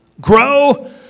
grow